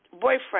boyfriend